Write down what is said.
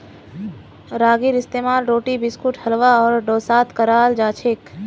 रागीर इस्तेमाल रोटी बिस्कुट हलवा आर डोसात कराल जाछेक